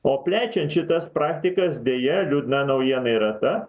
o plečiant šitas praktikas deja liūdna naujiena yra ta